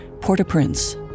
Port-au-Prince